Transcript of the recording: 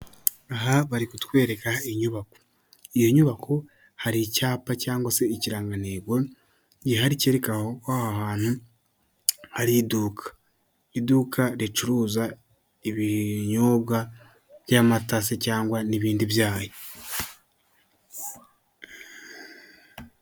Aha bari kutwereka inyubako. Iyo nyubako, hari icyapa cyangwa se ikirangantego, gihari kereka ko aho hantu hari iduka, iduka ricuruza ibinyobwa by'amata se cyangwa n'ibindi byayi.